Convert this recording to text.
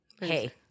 Hey